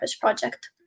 project